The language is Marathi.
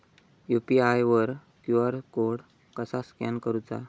यू.पी.आय वर क्यू.आर कोड कसा स्कॅन करूचा?